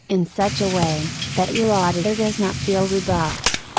in such a way, that your auditor does not feel rebuffed.